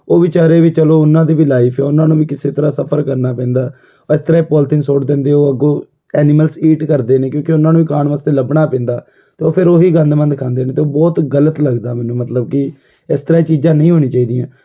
ਉਹ ਬੇਚਾਰੇ ਵੀ ਚਲੋ ਉਹਨਾਂ ਦੀ ਵੀ ਲਾਈਫ ਹੈ ਉਹਨਾਂ ਨੂੰ ਵੀ ਕਿਸੇ ਤਰ੍ਹਾਂ ਸਫਰ ਕਰਨਾ ਪੈਂਦਾ ਏ ਤਰ੍ਹਾਂ ਹੀ ਪੋਲੋਥੀਨ ਸੁੱਟ ਦਿੰਦੇ ਉਹ ਅੱਗੋਂ ਐਨੀਮਲਸ ਈਟ ਕਰਦੇ ਨੇ ਕਿਉਂਕਿ ਉਹਨਾਂ ਨੂੰ ਖਾਣ ਵਾਸਤੇ ਲੱਭਣਾ ਪੈਂਦਾ ਅਤੇ ਉਹ ਫਿਰ ਉਹੀ ਗੰਦ ਮੰਦ ਖਾਂਦੇ ਨੇ ਅਤੇ ਬਹੁਤ ਗਲਤ ਲੱਗਦਾ ਮੈਨੂੰ ਮਤਲਬ ਕਿ ਇਸ ਤਰ੍ਹਾਂ ਦੀਆਂ ਚੀਜ਼ਾਂ ਨਹੀਂ ਹੋਣੀਆਂ ਚਾਹੀਦੀਆਂ